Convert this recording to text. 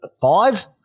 five